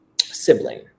sibling